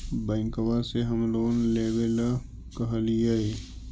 बैंकवा से हम लोन लेवेल कहलिऐ?